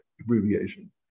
abbreviation